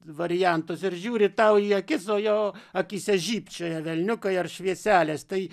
variantus ir žiūri tau į akis o jo akyse žybčioja velniukai ar švieselės tai